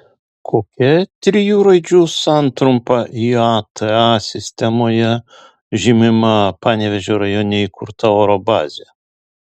kokia trijų raidžių santrumpa iata sistemoje žymima panevėžio rajone įkurta oro bazė